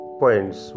points